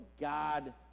God